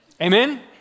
Amen